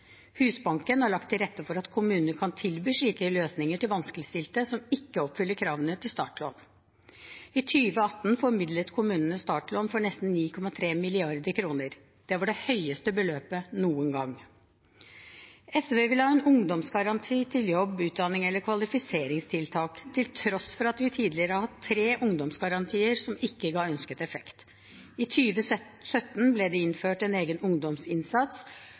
Husbanken har lagt til rette for at kommuner kan tilby slike løsninger til vanskeligstilte som ikke oppfyller kravene til startlån. I 2018 formidlet kommunene startlån for nesten 9,3 mrd. kr. Det er det høyeste beløpet noen gang. SV vil ha en ungdomsgaranti til jobb, utdanning eller kvalifiseringstiltak til tross for at vi tidligere har hatt tre ungdomsgarantier som ikke ga ønsket effekt. I 2017 ble det innført en egen ungdomsinnsats